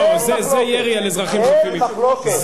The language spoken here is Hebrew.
אין מחלוקת.